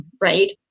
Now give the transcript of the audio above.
Right